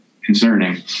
concerning